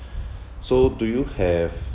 so do you have